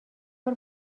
بار